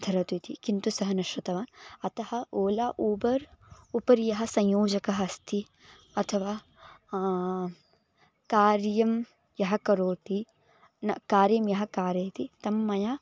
धरतु इति किन्तु सः न श्रुतवान् अतः ओला ऊबर् उपरि यः संयोजकः अस्ति अथवा कार्यं यः करोति न कार्यं यः कारयति तं मया